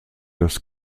das